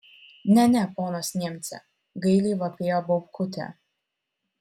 ne ne ponas niemce gailiai vapėjo baubkutė